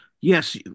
yes